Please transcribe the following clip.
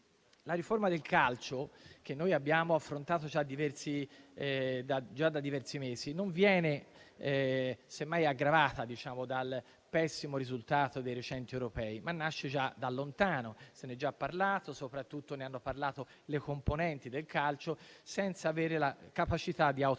la riforma del calcio, che noi abbiamo affrontato già da diversi mesi, non viene aggravata dal pessimo risultato dei recenti europei, ma nasce da lontano: se n'è già parlato, soprattutto ne hanno parlato le componenti del calcio, senza avere però la capacità di autoriformarsi.